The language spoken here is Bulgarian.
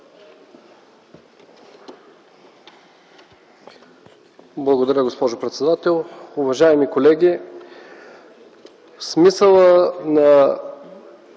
Благодаря, госпожо председател. Уважаеми колеги, смисълът на